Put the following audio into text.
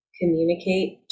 communicate